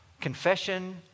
confession